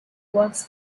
works